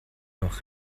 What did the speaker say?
noch